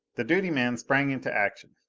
the duty man sprang into action.